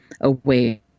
away